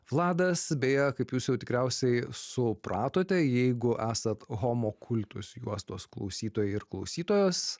vladas beje kaip jūs jau tikriausiai supratote jeigu esat homo kultus juostos klausytojai ir klausytojos